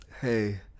Hey